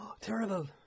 terrible